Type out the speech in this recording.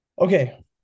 Okay